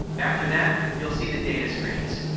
after that, you'll see the data screens.